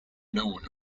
known